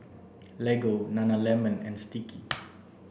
Lego Nana lemon and Sticky